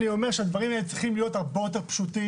אני אומר שהדברים האלה צריכים להיות הרבה יותר פשוטים,